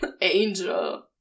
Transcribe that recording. angel